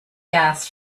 gas